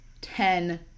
ten